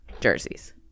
jerseys